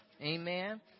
Amen